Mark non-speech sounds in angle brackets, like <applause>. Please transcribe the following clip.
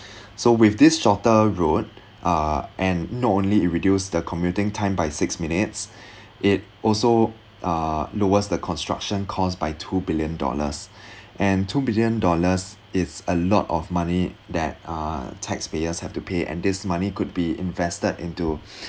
<breath> so with this shorter road uh and not only it reduce the commuting time by six minutes <breath> it also uh lowers the construction cost by two billion dollars <breath> and two billion dollars is a lot of money that uh taxpayers have to pay and this money could be invested into <breath>